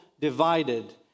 divided